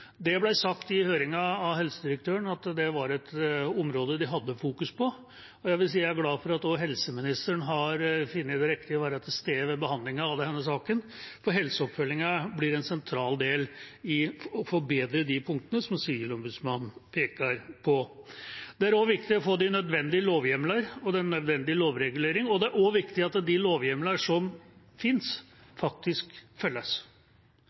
Det ble sagt i høringen, av helsedirektøren, at det var et område de fokuserte på. Jeg er glad for at også helseministeren har funnet det riktig å være til stede ved behandlingen av denne saken, for helseoppfølgingen blir en sentral del i det å forbedre de punktene som Sivilombudsmannen peker på. Det er viktig å få nødvendige lovhjemler og nødvendig lovregulering, og det er også viktig at de lovhjemlene som finnes, faktisk følges.